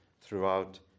throughout